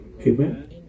Amen